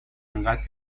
انقدر